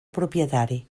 propietari